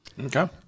Okay